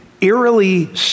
eerily